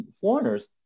foreigners